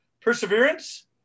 perseverance